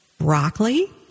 broccoli